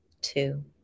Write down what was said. two